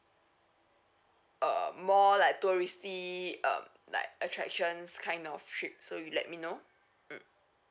uh more like touristy um like attractions kind of trip so you let me know mm